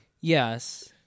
yes